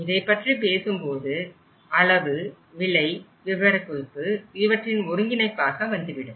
இதைப்பற்றி பேசும்போது அளவு விலை விவரக்குறிப்பு இவற்றின் ஒருங்கிணைப்பாக வந்துவிடும்